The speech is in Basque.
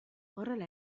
horrela